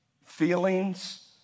feelings